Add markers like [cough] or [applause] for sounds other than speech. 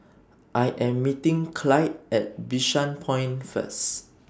[noise] I Am meeting Clyde At Bishan Point First [noise]